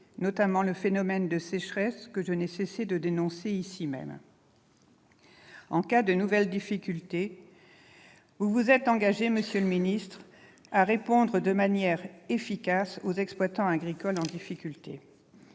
notamment le phénomène de sécheresse, que je n'ai cessé de dénoncer ici même. En cas de nouvelles difficultés, vous vous êtes engagé, monsieur le ministre, à répondre de manière efficacement aux exploitants agricoles en difficulté.